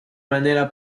manera